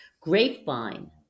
Grapevine